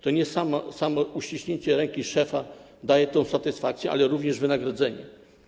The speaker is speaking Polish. To nie samo uściśnięcie ręki szefa daje satysfakcję, ale również wynagrodzenie.